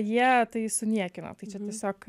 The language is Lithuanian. jie tai suniekino tai čia tiesiog